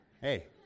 Hey